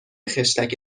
خشتک